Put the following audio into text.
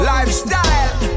Lifestyle